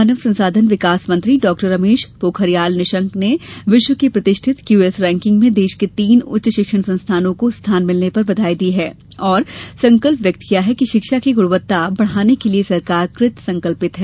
मानव संसाधन विकास मंत्री डाक्टर रमेश पोखरिया निशंक ने विश्व की प्रतिष्ठित क्यू एस रैंकिंग में देश के तीन उच्च शिक्षण संस्थानों को स्थान मिलने पर बधाई दी है और संकल्प व्यक्त किया है कि शिक्षा की ग्णवत्ता बढ़ाने के लिए सरकार कृत संकल्पित है